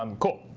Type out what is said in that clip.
um cool.